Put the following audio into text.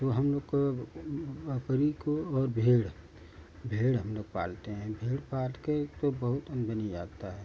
तो हम लोग को अब बकरी को और भेड़ भेड़ हम लोग पालते हैं भेड़ पाल कर तो बहुत आमदनी आती है